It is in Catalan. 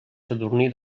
sadurní